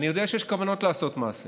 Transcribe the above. אני יודע שיש כוונות לעשות משהו